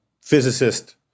physicist